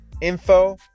info